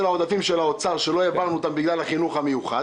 העודפים של האוצר שלא העברנו אותם בגלל החינוך המיוחד